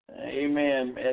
Amen